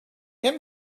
came